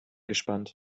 gespannt